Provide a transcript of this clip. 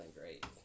great